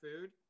food